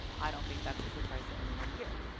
i don't think that's a surprise to anyone here.